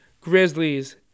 Grizzlies